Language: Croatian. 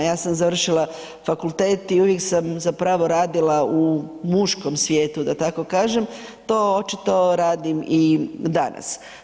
Ja sam završila fakultet i uvijek sam zapravo radila u muškom svijetu da tako kažem, to očito radim i danas.